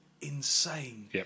insane